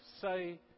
say